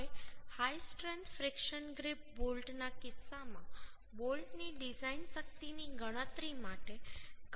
હવે high strength friction grip બોલ્ટના કિસ્સામાં બોલ્ટની ડિઝાઇન શક્તિની ગણતરી માટે ઘર્ષણ ચિત્રમાં આવશે